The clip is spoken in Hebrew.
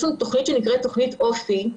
יש לנו תוכנית שנקראת תוכנית עו"סי,